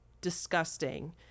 Disgusting